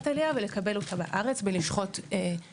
עלייה ולקבל אותה בארץ בלשכות משרד העלייה.